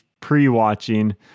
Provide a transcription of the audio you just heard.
pre-watching